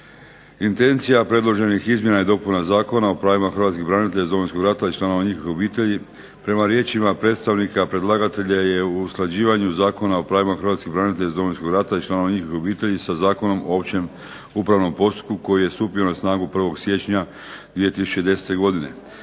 Intencija predloženih izmjena i dopuna Zakona o pravima hrvatskih branitelja iz Domovinskog rata i članova njihovih obitelji prema riječima predstavnika predlagatelja je u usklađivanju Zakona o pravima hrvatskih branitelja iz Domovinskog rata i članova njihovih obitelji sa Zakonom o općem upravnom postupku koji je stupio na snagu 1. siječnja 2010. godine,